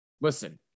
Listen